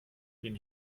den